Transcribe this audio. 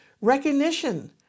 recognition